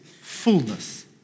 fullness